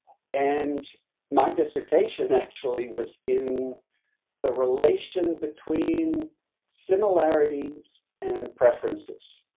and my dissertation actually was in the relation between similarities and preferences.